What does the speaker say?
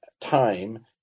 time